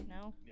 no